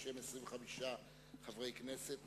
בשם 25 חברי כנסת,